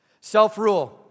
Self-rule